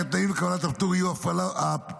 כי התנאים לקבלת הפטור יהיו כי הפעילות